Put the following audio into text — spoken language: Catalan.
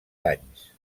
anys